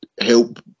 help